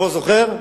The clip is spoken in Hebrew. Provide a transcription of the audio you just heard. היושב-ראש זוכר?